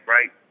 Right